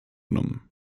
genommen